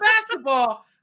basketball